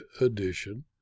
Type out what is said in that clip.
Edition